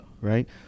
Right